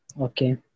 Okay